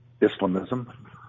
Islamism